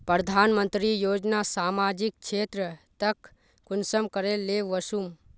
प्रधानमंत्री योजना सामाजिक क्षेत्र तक कुंसम करे ले वसुम?